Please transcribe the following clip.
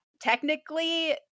Technically